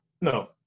No